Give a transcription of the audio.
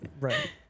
Right